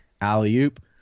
Alley-oop